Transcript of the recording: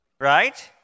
right